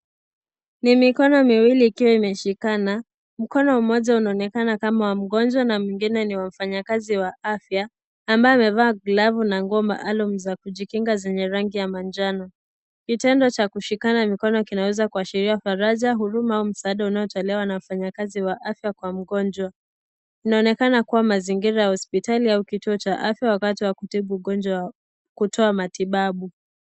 Ni mikono miwili ikiwa imeshikana. Mkono mmoja unaonekana kama wa mgonjwa na mwingine ni wa mfanyakazi wa afya ambaye amevaa glavu na nguo maalamu za kujikinga zenye rangi ya manjano. Kitendo cha kushikana mkono kinaweza kuashiria faraja, huruma au msaada unaotolewa na wafanyakazi wa afya kwa mgonjwa. Inaonekana kuwa mazingira ya hospitali au kituo cha afya wakati wa kutibu ugonjwa kutoa matibabu.